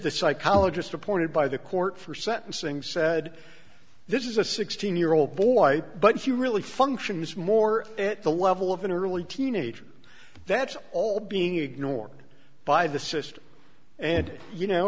the psychologist appointed by the court for sentencing said this is a sixteen year old boy but he really functions more at the level of an early teenager that's all being ignored by the system and you know